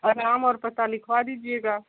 और नाम और पता लिखवा दीजिएगा